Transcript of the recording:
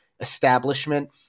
establishment